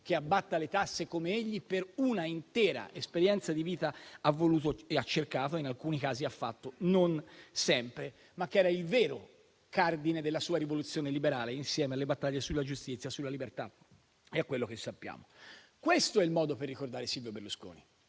che abbatta le tasse come egli, per una intera esperienza di vita, ha voluto e ha cercato di fare, e in alcuni casi lo ha fatto, ma non sempre, anche se era il vero cardine della sua rivoluzione liberale, insieme alle battaglie sulla giustizia, sulla libertà e a quello che sappiamo. Questo è il modo per ricordare Silvio Berlusconi,